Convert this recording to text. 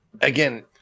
again